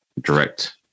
direct